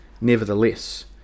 Nevertheless